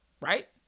Right